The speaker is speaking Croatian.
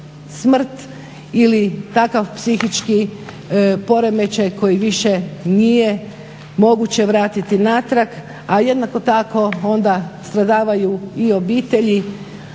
smrt ili takav psihički poremećaj koji više nije moguće vratit natrag, a jednako tako onda stradavaju i obitelji